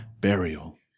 burial